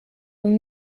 une